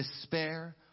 despair